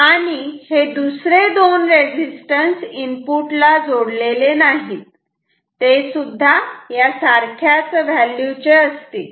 आणि हे दुसरे दोन रेझिस्टन्स इनपुट ला जोडलेले नाहीत तेसुद्धा सारख्याच व्हॅल्यू चे असतील